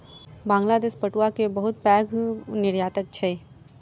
बांग्लादेश पटुआ के बहुत पैघ निर्यातक अछि